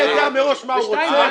אתה יודע מראש מה הוא רוצה?